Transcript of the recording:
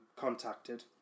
contacted